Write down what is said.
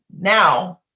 now